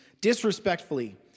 disrespectfully